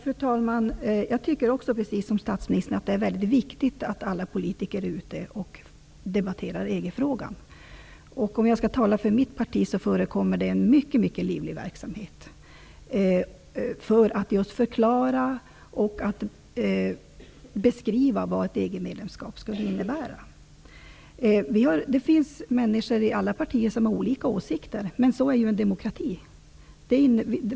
Fru talman! Jag tycker, precis som statsministern, att det är väldigt viktigt att alla politiker är ute och debatterar EG-frågan. Om jag skall tala för mitt parti kan jag säga att det förekommer en mycket mycket livlig verksamhet när det gäller att just förklara och beskriva vad ett EG-medlemskap skulle innebära. Det finns människor i alla partier som har olika åsikter, men så är det ju i en demokrati.